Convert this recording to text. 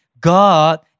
God